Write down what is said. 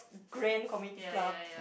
grand community club